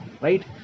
Right